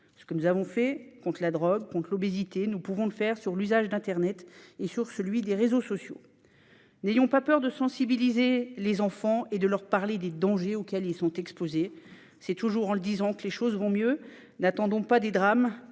Ce que nous avons fait contre la drogue ou contre l'obésité, nous pouvons le faire sur l'usage d'internet et sur celui des réseaux sociaux. N'ayons pas peur de sensibiliser les enfants et de leur parler des dangers auxquels ils sont exposés. C'est toujours en le disant que les choses vont mieux ! N'attendons pas des drames